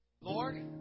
Lord